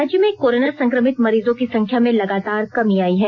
राज्य में कोरोना संक्रमित मरीजों की संख्या में लगातार कमी आयी है